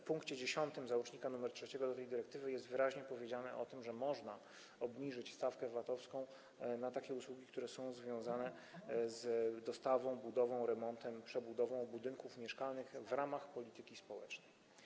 W pkt 10 załącznika III do tej dyrektywy jest wyraźnie powiedziane o tym, że można obniżyć stawkę VAT-owską na takie usługi, które są związane z dostawą towarów, budową, remontem i przebudową budynków mieszkalnych w ramach polityki społecznej.